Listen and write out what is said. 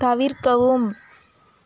தவிர்க்கவும்